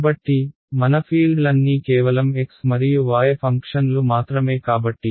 కాబట్టి మన ఫీల్డ్లన్నీ కేవలం x మరియు y ఫంక్షన్లు మాత్రమే కాబట్టి